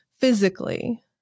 physically